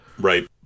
Right